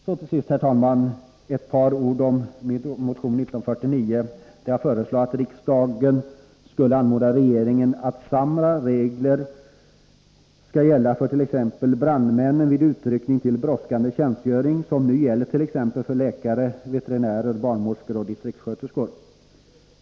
Så till sist, herr talman, ett par ord om min motion 1982/83:1949, där jag föreslår att riksdagen skall anmoda regeringen att se till att samma regler kommer att gälla för t.ex. brandmän vid utryckning till brådskande tjänstgöring som nu gäller exempelvis för läkare, veterinärer, barnmorskor och distriktssköterskor.